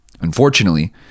Unfortunately